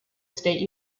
state